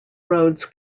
roads